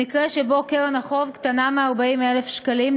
במקרה שבו קרן החוב קטנה מ-40,000 שקלים,